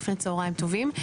לפני צהריים טובים.